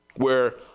where,